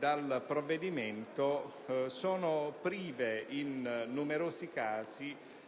nel provvedimento sono prive, in numerosi casi,